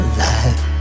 life